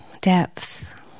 depth